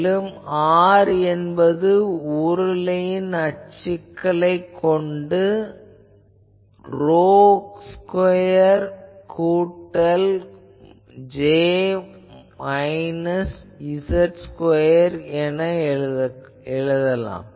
மேலும் R என்பது உருளையின் அச்சுக்களைக் கொண்டு rho ஸ்கொயர் கூட்டல் j மைனஸ் z ஸ்கொயர் ஆகும்